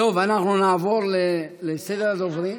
אנחנו נעבור לסדר הדוברים.